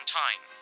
time